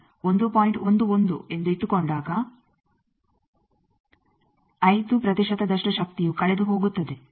11 ಎಂದು ಇಟ್ಟುಕೊಂಡಾಗ 5 ಶಕ್ತಿಯು ಕಳೆದುಹೋಗುತ್ತದೆ